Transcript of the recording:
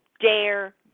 dare